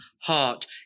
heart